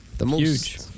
Huge